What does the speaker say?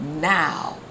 now